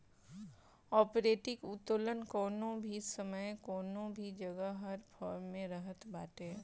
operating उत्तोलन कवनो भी समय कवनो भी जगह हर फर्म में रहत बाटे